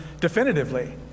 definitively